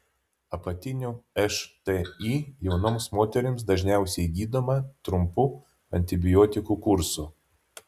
apatinių šti jaunoms moterims dažniausiai gydoma trumpu antibiotikų kursu